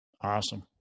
Awesome